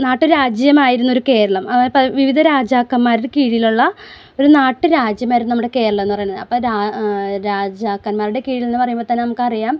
നാട്ടുരാജ്യമായിരുന്ന ഒരു കേരളം അതായത് പല വിവിധ രാജാക്കന്മാരുടെ കീഴിലുള്ള ഒരു നാട്ടുരാജ്യമായിരുന്നു നമ്മുടെ കേരളം എന്നു പറയുന്നത് അപ്പം രാജാക്കന്മാരുടെ കീഴിൽ എന്ന് പറയുമ്പം തന്നെ നമുക്ക് അറിയാം